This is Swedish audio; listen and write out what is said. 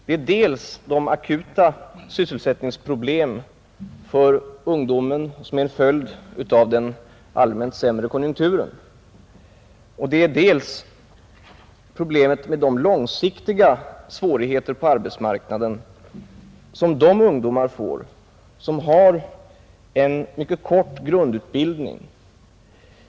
Det är dels de akuta sysselsättningsproblem för ungdomen som är en följd av den allmänt sämre konjunkturen, dels problemet med de långsiktiga svårigheter på arbetsmarknaden vilka de ungdomar får som har en mycket kort grundutbildning.